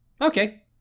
okay